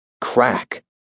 Crack